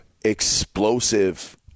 explosive